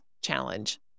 challenge